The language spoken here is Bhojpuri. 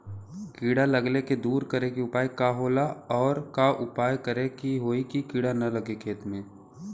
कीड़ा लगले के दूर करे के उपाय का होला और और का उपाय करें कि होयी की कीड़ा न लगे खेत मे?